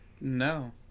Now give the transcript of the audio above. No